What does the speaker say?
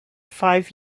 five